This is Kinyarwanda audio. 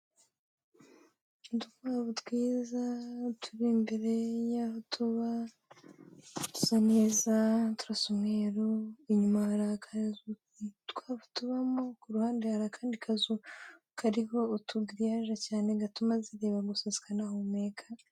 Udukwavu twiza turi imbere y'aho tuba, dusa neza, turasa umweru. Inyuma hari akazu utwo dukwavu tubamo, ku ruhande hari akandi kazu kariho utugiriyaje cyane, gatuma zireba gusa zikanahumeka.